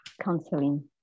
counseling